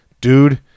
Dude